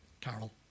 carol